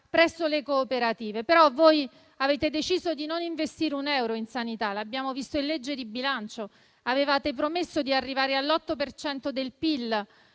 presso le cooperative. Voi, però, avete deciso di non investire un euro in sanità. Lo abbiamo visto in legge di bilancio. Avevate promesso di arrivare all'8 per